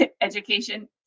education